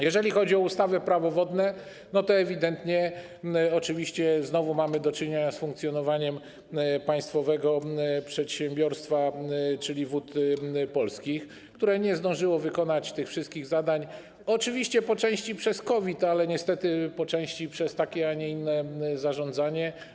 Jeżeli chodzi o ustawę - Prawo wodne, to ewidentnie znowu mamy do czynienia z funkcjonowaniem państwowego przedsiębiorstwa, czyli Wód Polskich, które nie zdążyło wykonać wszystkich zadań, oczywiście po części przez COVID, ale niestety po części też przez takie, a nie inne zarządzanie.